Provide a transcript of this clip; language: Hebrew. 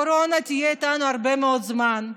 קורונה תהיה איתנו הרבה מאוד זמן.